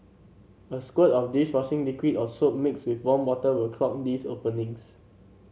a squirt of dish washing liquid or soap mixed with warm water will clog these openings